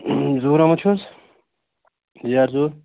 ظہوٗر احمد چھُو حظ